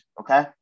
okay